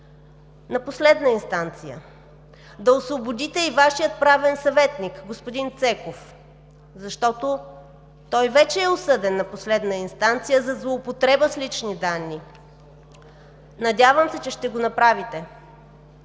на последна инстанция, да освободите и Вашия правен съветник – господин Цеков, защото той вече е осъден на последна инстанция за злоупотреба с лични данни. Надявам се, че ще го направите!